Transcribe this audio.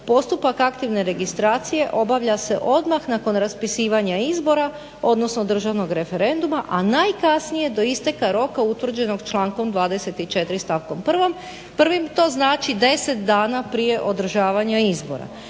"postupak aktivne registracije obavlja se odmah nakon raspisivanja izbora odnosno državnog referenduma, a najkasnije do isteka roka utvrđenom člankom 24.stavkom 1.to znači 10 dana prije održavanja izbora".